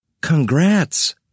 Congrats